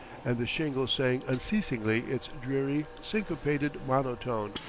and the shingle sang unceasingly its dreary, syncopated monotone.